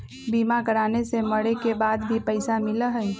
बीमा कराने से मरे के बाद भी पईसा मिलहई?